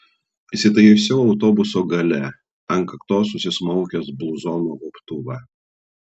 įsitaisiau autobuso gale ant kaktos užsismaukęs bluzono gobtuvą